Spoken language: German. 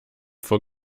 vor